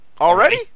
Already